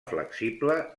flexible